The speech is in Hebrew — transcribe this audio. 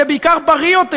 ובעיקר בריא יותר,